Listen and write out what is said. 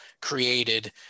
created